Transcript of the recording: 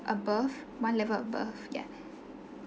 above one level above yeah